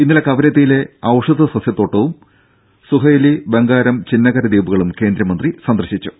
ഇന്നലെ കവരത്തിയിലെ ഔഷധ സസ്യ തോട്ടവും സുഹൈരി ബങ്കാരം ചിന്നകര ദ്വീപുകളും കേന്ദ്രമന്ത്രി സന്ദർശിച്ചു